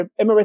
Emirates